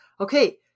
okay